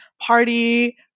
party